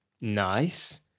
nice